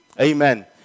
Amen